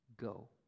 Go